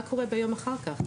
מה קורה ביום אחר כך?